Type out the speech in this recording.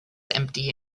empty